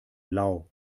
lau